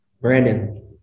Brandon